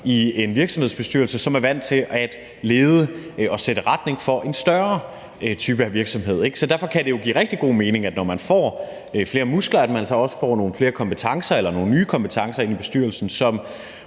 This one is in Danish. i virksomhedens bestyrelse, som er vant til at lede og sætte retning for en større type af virksomhed. Så derfor kan det jo give rigtig god mening, når man får flere muskler, at man så også får nogle flere kompetencer eller nogle nye kompetencer ind i bestyrelsen, som